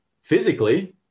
physically